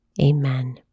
Amen